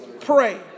pray